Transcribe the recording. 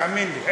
תאמין לי,